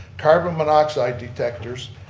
carbon monoxide detectors,